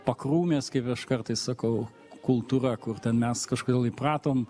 pakrūmės kaip aš kartais sakau kultūra kur ten mes kažkodėl įpratom